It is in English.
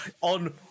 on